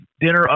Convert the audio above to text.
dinner